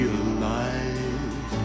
alive